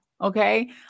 Okay